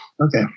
Okay